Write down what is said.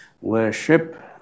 worship